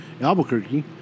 Albuquerque